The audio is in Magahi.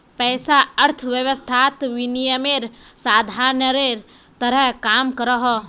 पैसा अर्थवैवस्थात विनिमयेर साधानेर तरह काम करोहो